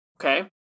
Okay